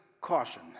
caution